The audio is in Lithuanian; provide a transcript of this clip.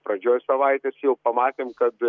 pradžioj savaitės jau pamatėm kad